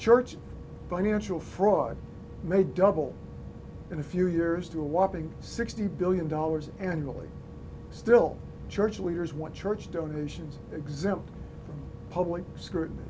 church financial fraud may double in a few years to a whopping sixty billion dollars annually still church leaders want church donations exempt public scrutiny